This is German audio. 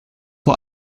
vor